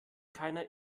keiner